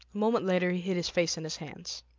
moment later he hid his face in his hands